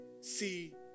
see